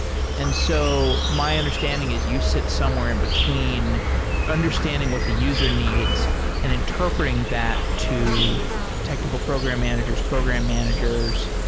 and so my understanding is you sit somewhere in between understanding what the user needs and interpreting that to technical program managers, program managers,